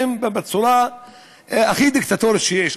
והם בצורה הכי דיקטטורית שיש,